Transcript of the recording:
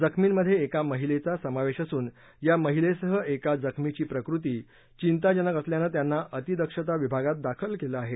जखर्मींमध्ये एका महिलेचा समावेश असून या महिलेसह एका जखमीची प्रकृती चिंताजनक असल्यानं त्यांना अतिदक्षता विभागात दाखल केलं आहे